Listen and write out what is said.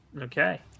Okay